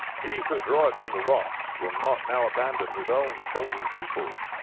he who could draw it from the rocks will not now abandon his own chosen people.